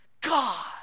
God